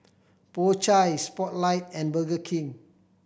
Po Chai Spotlight and Burger King